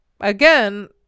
again